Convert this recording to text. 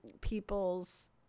people's